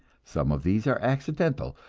some of these are accidental,